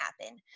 happen